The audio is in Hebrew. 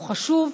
הוא חשוב,